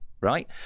right